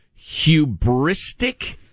hubristic